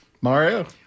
Mario